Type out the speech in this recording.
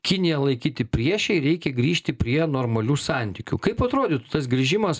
kiniją laikyti prieše ir reikia grįžti prie normalių santykių kaip atrodytų tas grįžimas